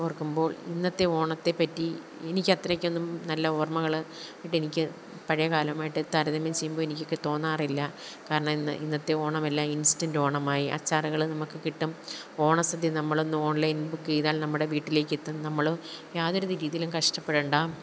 ഓർക്കുമ്പോള് ഇന്നത്തെ ഓണത്തെ പറ്റി എനിക്കത്രയ്ക്കൊന്നും നല്ല ഓർമ്മകള് ആയിട്ടെനിക്ക് പഴയകാലമായിട്ട് താരതമ്യം ചെയ്യുമ്പോള് എനിക്ക് തോന്നാറില്ല കാരണം ഇന്ന് ഇന്നത്തെ ഓണമെല്ലാം ഇൻസ്റ്റന്റ് ഓണമായി അച്ചാറുകള് നമുക്ക് കിട്ടും ഓണസദ്യ നമ്മള് ഇന്ന് ഓൺലൈൻ ബുക്ക് ചെയ്താൽ നമ്മുടെ വീട്ടിലേക്കെത്തും നമ്മള് യാതൊരു രീതിയിലും കഷ്ട്ടപ്പെടണ്ട